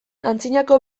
antzinako